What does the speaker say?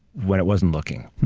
when it wasn't looking.